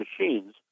machines